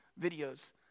videos